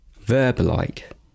verb-like